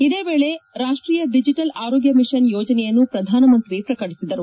ಇದೇ ವೇಳೆ ರಾಷ್ಷೀಯ ಡಿಜೆಟಲ್ ಆರೋಗ್ಲ ಮಿಷನ್ ಯೋಜನೆಯನ್ನು ಪ್ರಧಾನಮಂತ್ರಿ ಪ್ರಕಟಿಸಿದರು